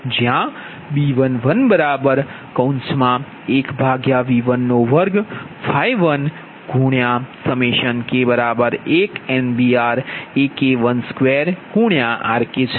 એ જ રીતે B12 cos 1 2 V1V2cos 1cos 2 K1NBRAK1AK2RK છે